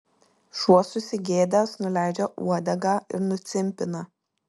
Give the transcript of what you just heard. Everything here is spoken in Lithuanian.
šuo susigėdęs nuleidžia uodegą ir nucimpina